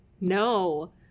No